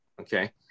okay